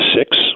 six